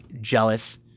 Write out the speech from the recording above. jealous